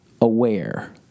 aware